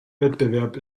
wettbewerb